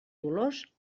dolors